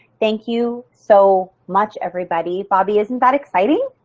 thank you so much everybody. bobbi, isn't that exciting?